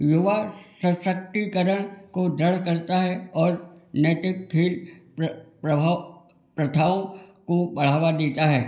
युवा सशक्तिकरण को जड़ करता है और नैतिक खेल प्रभाव प्रथाओं को बढ़ावा देता है